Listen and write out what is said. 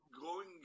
growing